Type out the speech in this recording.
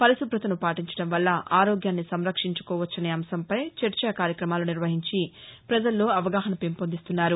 పరిశుభ్రతను పాటించడం వల్ల ఆరోగ్యాన్ని సంరక్షించుకోవచ్చనే అంశంపై చర్చా కార్యక్రమాలు నిర్వహించి ప్రపజల్లో అవగాహన పెంపొందిస్తున్నారు